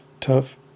tough